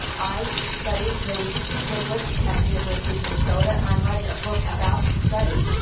i studied those triplets at the university of minnesota, and i'm writing a book about the study